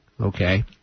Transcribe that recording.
okay